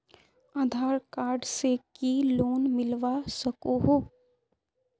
आधार card से की loan मिलवा सकोहो?